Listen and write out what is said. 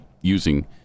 using